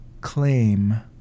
claim